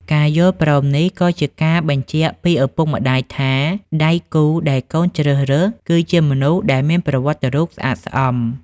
ការយល់ព្រមនេះក៏ជាការបញ្ជាក់ពីឪពុកម្ដាយថា ដៃគូដែលកូនជ្រើសរើសគឺជាមនុស្សដែលមានប្រវត្តិរូបស្អាតស្អំ។